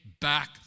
back